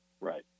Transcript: Right